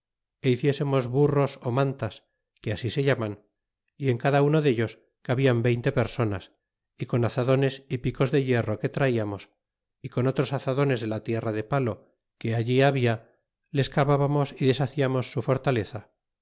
hiciesemos burros ó mantas que asi se llaman y en cada uno dellos cabian veinte personas y con azadones y picos de hierro que traiamos é con otros azadones de la tierra de palo que allí habia les cavábamos y deshaciamos su fortaleza